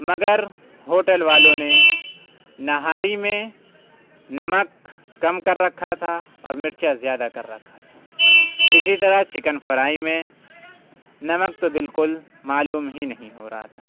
مگر ہوٹل والوں نے نہاری میں نمک کم کر رکھا تھا اور مرچیں زیادہ کر رکھا تھا اسی طرح چکن فرائی میں نمک تو بالکل معلوم ہی نہیں ہو رہا تھا